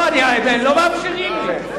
לא, הם לא מאפשרים לי.